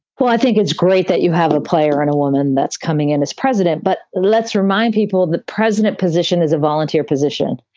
well, i think it's great that you have a player and a woman that's coming in as president. but let's remind people that president position is a volunteer position.